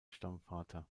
stammvater